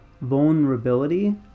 vulnerability